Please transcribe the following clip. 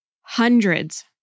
Hundreds